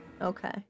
Okay